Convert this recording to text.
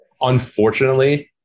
unfortunately